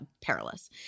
perilous